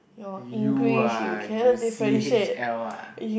you ah you C_H_L ah